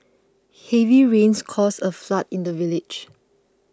heavy rains caused a flood in the village